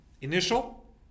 Initial